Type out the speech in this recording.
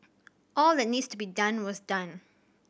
all that needs to be done was done